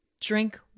drink